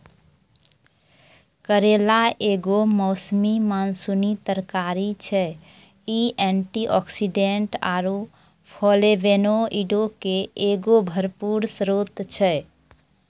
करेला एगो मौसमी मानसूनी तरकारी छै, इ एंटीआक्सीडेंट आरु फ्लेवोनोइडो के एगो भरपूर स्त्रोत छै